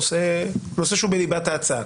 נושא שהוא בליבת ההצעה.